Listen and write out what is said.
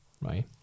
right